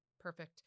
perfect